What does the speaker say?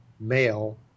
male